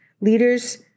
Leaders